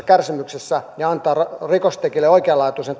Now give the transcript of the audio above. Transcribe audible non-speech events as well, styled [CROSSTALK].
[UNINTELLIGIBLE] kärsimyksissä ja antaa rikoksentekijöille oikeanlaatuisen [UNINTELLIGIBLE]